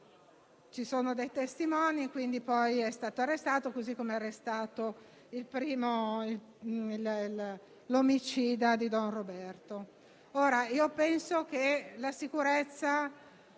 Ci sono dei testimoni e poi è stato arrestato, così come è stato arrestato l'omicida di don Roberto.